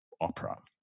opera